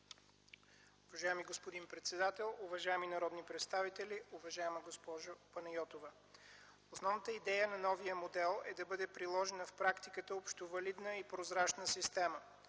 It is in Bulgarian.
Уважаеми господин председател, уважаеми народни представители! Уважаема госпожо Панайотова, основната идея на новия модел е да бъде приложена в практиката общовалидна и прозрачна система